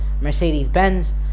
Mercedes-Benz